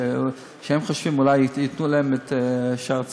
שהם חושבים שאולי ייתנו להם את שערי צדק,